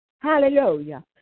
Hallelujah